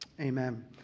Amen